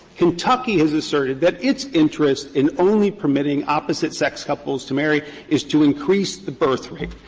kentucky has asserted that its interest in only permitting opposite-sex couples to marry is to increase the birthrate.